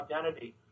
identity